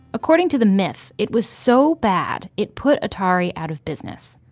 according to the myth, it was so bad, it put atari out of business.